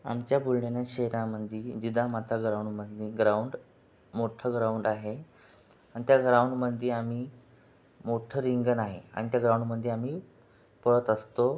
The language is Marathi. आमच्या बुलढाणा शहरामध्ये जिजामाता ग्राऊंडमध्ये ग्राऊंड मोठ्ठं ग्राऊंड आहे आणि त्या ग्राऊंडमध्ये आम्ही मोठ्ठं रिंगण आहे आणि त्या ग्राऊंडमध्ये आम्ही पळत असतो